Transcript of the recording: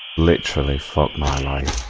literally for my life